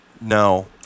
No